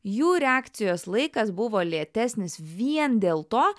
jų reakcijos laikas buvo lėtesnis vien dėl to